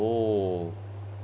oh